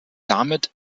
damit